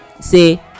Say